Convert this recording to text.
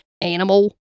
animal